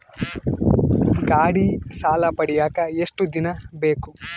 ಗಾಡೇ ಸಾಲ ಪಡಿಯಾಕ ಎಷ್ಟು ದಿನ ಬೇಕು?